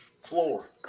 floor